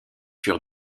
furent